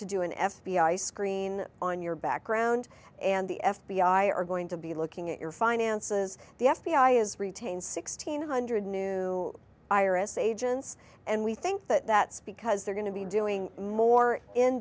to do an f b i screen on your background and the f b i are going to be looking at your finances the f b i is retained sixteen hundred new iris agents and we think that that's because they're going to be doing more in